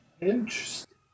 Interesting